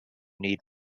need